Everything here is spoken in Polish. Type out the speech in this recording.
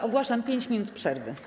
Ogłaszam 5 minut przerwy.